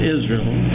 Israel